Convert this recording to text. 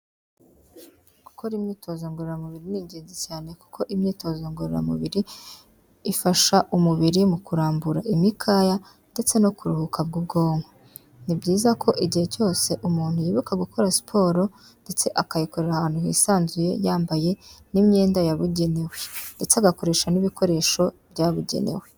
Gukora imyitozo ngororamubiri ni ingenzi cyane, kuko imyitozo ngororamubiri ifasha umubiri mu kurambura imikaya ndetse no kuruhuka bw'ubwonko. Ni byiza ko igihe cyose umuntu yibuka gukora siporo, ndetse akayikorera ahantu hisanzuye yambaye n'imyenda yabugenewe. Ndetse agakoresha n'ibikoresho byabugenewe.